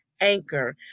Anchor